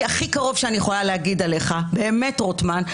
רוטמן,